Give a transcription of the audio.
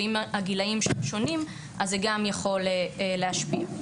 ואם הגילאים שונים זה גם יכול להשפיע.